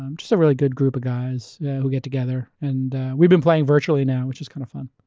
um just a really good group of guys who get together. and we've been playing virtually now, which is kind of fun.